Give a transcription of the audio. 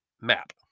map